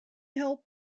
helped